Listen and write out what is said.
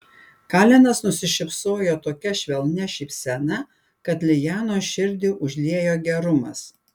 kalenas nusišypsojo tokia švelnia šypsena kad lianos širdį užliejo gerumas